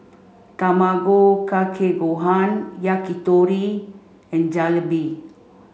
Tamago Kake Gohan Yakitori and Jalebi